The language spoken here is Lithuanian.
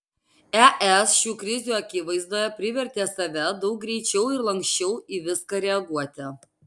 es šių krizių akivaizdoje privertė save daug greičiau ir lanksčiau į viską reaguoti